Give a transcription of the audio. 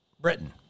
Britain